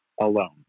alone